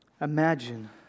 imagine